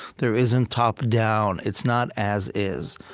there isn't top-down. it's not as is.